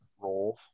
roles